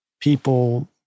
people